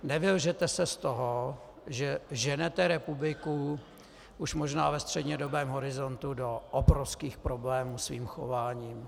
Nevylžete se z toho, že ženete republiku už možná ve střednědobém horizontu do obrovských problémů svým chováním.